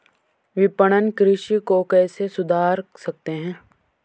विपणन कृषि को कैसे सुधार सकते हैं?